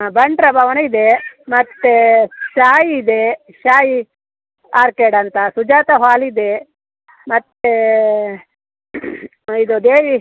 ಹಾಂ ಬಂಟರ ಭವನ ಇದೆ ಮತ್ತು ಸಾಯಿ ಇದೆ ಸಾಯಿ ಆರ್ಕೇಡ್ ಅಂತ ಸುಜಾತಾ ಹಾಲ್ ಇದೆ ಮತ್ತು ಇದು ದೇವಿ